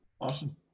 Awesome